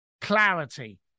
clarity